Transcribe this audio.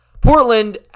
Portland